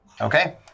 Okay